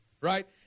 right